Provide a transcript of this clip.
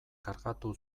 kargatu